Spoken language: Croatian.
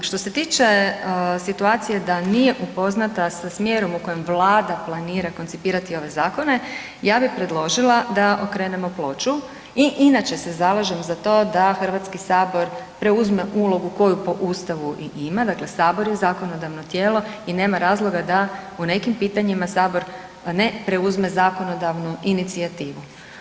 Što se tiče situacije da nije upoznata sa smjerom u kojem Vlada planira koncipirati ove zakone, ja bih predložila da okrenemo ploču i inače se zalažem za to da HS preuzme ulogu koju po Ustavu i ima, dakle Sabor je zakonodavno tijelo i nema razloga da u nekim pitanjima Sabor ne preuzme zakonodavnu inicijativu.